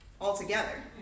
altogether